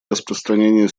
распространение